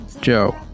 Joe